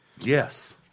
Yes